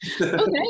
okay